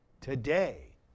today